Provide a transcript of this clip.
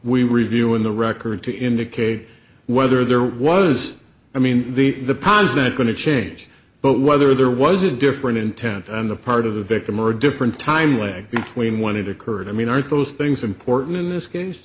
we review in the record to indicate whether there was i mean the positive going to change but whether there was a different intent on the part of the victim or a different time way between when it occurred i mean aren't those things important in this case